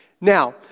Now